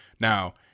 Now